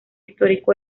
histórico